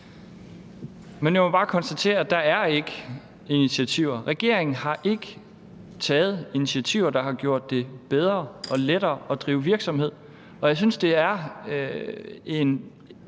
Men jeg må bare konstatere, at der ikke er initiativer; regeringen har ikke taget initiativer, der har gjort det bedre og lettere at drive virksomhed. Og jeg synes, det er et